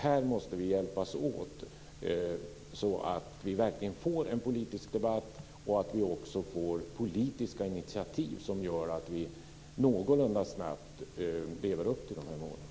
Här måste vi hjälpas åt, så att vi verkligen får en politisk debatt och så att vi också får politiska initiativ som gör att vi någorlunda snabbt lever upp till dessa mål.